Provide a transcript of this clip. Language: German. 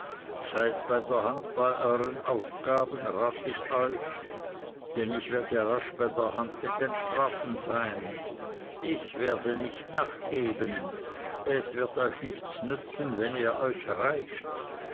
bei der hand bei euern aufgaben rate ich euch denn ich werde rasch bei der hand mit den strafen sein ich werde nicht nachgeben es wird euch nichts nützen wenn ihr euch reibt